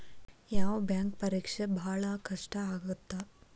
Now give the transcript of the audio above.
ಯಾವ್ ಬ್ಯಾಂಕ್ ಪರೇಕ್ಷೆ ಭಾಳ್ ಕಷ್ಟ ಆಗತ್ತಾ?